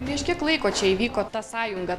prieš kiek laiko čia įvyko ta sąjunga